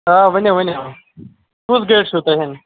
آ ؤنِو ؤنِو کُس گٲڑۍ چھَو تۅہہِ ہٮ۪نۍ